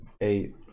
Eight